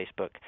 Facebook